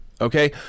okay